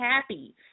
happy